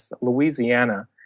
Louisiana